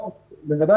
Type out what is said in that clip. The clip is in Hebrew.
בוודאי.